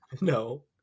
No